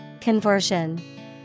Conversion